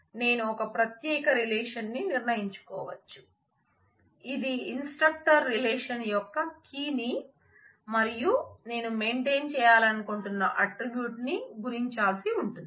నేను ఒక ప్రత్యేక రిలేషన్ న్ని నిర్ణయించుకోవచ్చు ఇది ఇన్స్ట్రక్టర్ రిలేషన్ యొక్క కీ ని మరియు నేను మెయింటైన్ చేయాలనుకుంటున్న ఆట్రిబ్యూట్ ని గుణించాల్సి ఉంటుంది